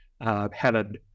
helen